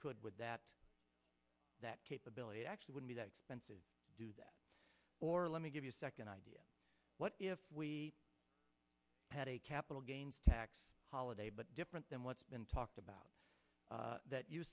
could with that that capability actually would be that expensive to do that or let me give you a second idea what if we had a capital gains tax holiday but different than what's been talked about that you